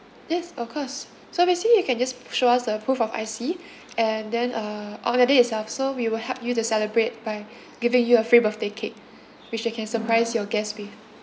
yes of course so basically you can just show us the proof of I_C and then uh on that day itself so we will help you to celebrate by giving you a free birthday cake which you can surprise your guest with